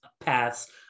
paths